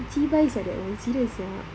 cheebye sia that [one] serious sia